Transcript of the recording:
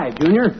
Junior